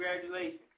congratulations